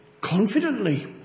confidently